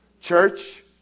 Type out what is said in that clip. Church